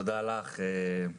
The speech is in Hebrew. תודה לך.